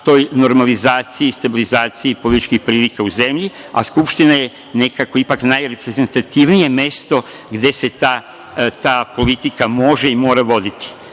normalizaciji i stabilizaciji političkih prilika u zemlji, a Skupština je nekako ipak najreprezentativnije mesto gde se ta politika može i mora voditi. Dakle,